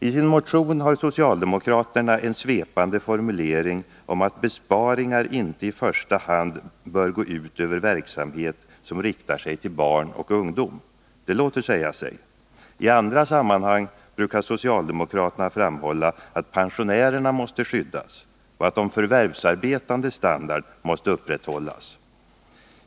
I sin motion har socialdemokraterna en svepande formulering om att besparingar inte i första hand bör gå ut över verksamhet som riktar sig till barn och ungdom. Det låter säga sig. I andra sammanhang brukar socialdemokraterna framhålla att pensionärerna måste skyddas och att de förvärvsarbetandes standard måste upprätthållas.